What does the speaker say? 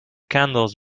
candles